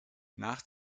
nach